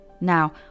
Now